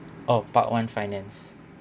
oh part one finance